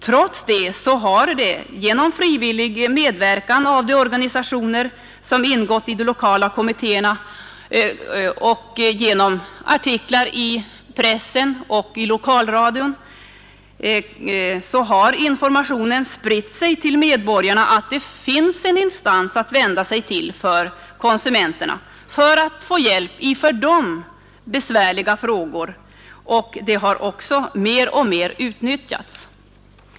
Trots det har genom frivillig medverkan av de organisationer som ingått i de lokala kommittéerna, genom artiklar i pressen och program i lokalradion information spritts till konsumenterna om att det finns en instans att vända sig till för att få hjälp i för dem besvärliga frågor. Kommittéernas tjänster har också mer och mer utnyttjats.